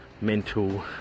mental